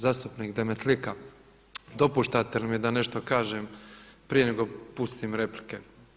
Zastupnik Demetlika dopuštate li mi da nešto kažem prije nego pustim replike?